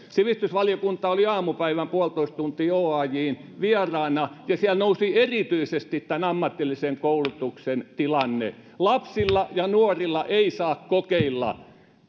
sivistysvaliokunta oli aamupäivällä puolitoista tuntia oajn vieraana ja siellä nousi erityisesti tämän ammatillisen koulutuksen tilanne lapsilla ja nuorilla ei saa kokeilla